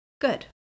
good